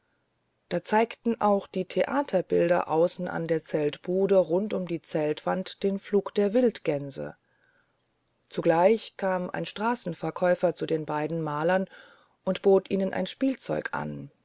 da zeigten auch die theaterbilder außen an der zeltbude rund um die zeltwand den flug der wildgänse zugleich kam ein straßenverkäufer zu den beiden malern und bot ihnen ein spielzeug an